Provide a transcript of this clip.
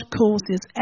causes